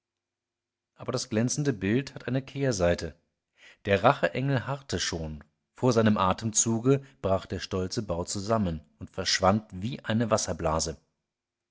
aber das glänzende bild hat eine kehrseite der racheengel harrte schon vor seinem atemzuge brach der stolze bau zusammen und verschwand wie eine wasserblase